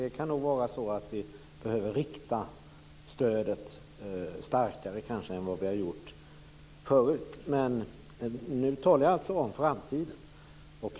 Det kan nog vara så att vi behöver rikta stödet starkare än vi förut gjort men nu talar jag om framtiden.